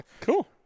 Cool